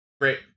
Great